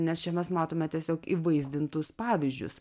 nes čia mes matome tiesiog įvaizdintus pavyzdžius